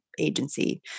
agency